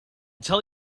tell